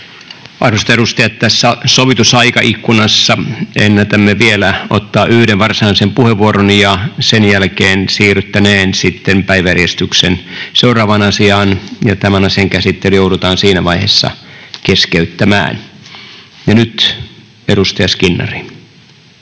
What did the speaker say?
Arvoisat edustajat, tässä sovitussa aikaikkunassa ennätämme vielä ottaa yhden varsinaisen puheenvuoron, ja sen jälkeen siirryttäneen sitten päiväjärjestyksen seuraavaan asiaan ja tämän asian käsittely joudutaan siinä vaiheessa keskeyttämään. [Speech 88] Speaker: